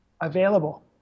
available